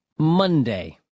Monday